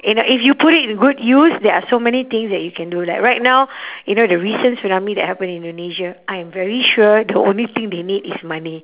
you know if you put it in good use there are so many things that you can do like right now you know the recent tsunami that happen in indonesia I am very sure the only thing they need is money